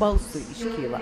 balsui kyla